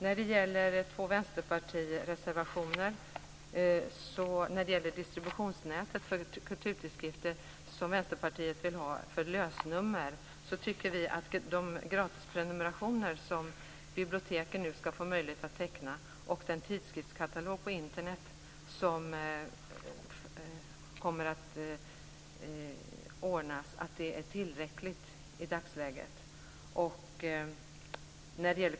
När det gäller distributionsnätet för kulturtidskrifter, som Vänsterpartiet vill ha för lösnummer, tycker vi att det i dagsläget är tillräckligt med de gratisprenumerationer som biblioteken nu skall få möjlighet att teckna och den tidskriftskatalog på Internet som kommer att ordnas.